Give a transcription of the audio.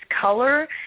color